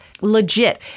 legit